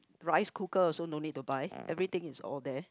rice cooker also no need to buy everything is all there